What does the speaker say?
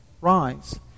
rise